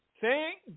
Thank